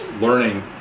learning